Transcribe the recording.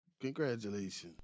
Congratulations